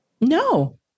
No